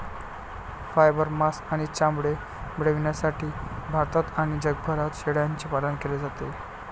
fibre, मांस आणि चामडे मिळविण्यासाठी भारतात आणि जगभरात शेळ्यांचे पालन केले जाते